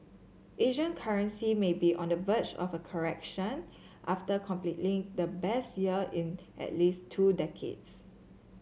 Asian currencies may be on the verge of a correction after completely the best year in at least two decades